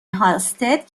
هالستد